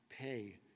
pay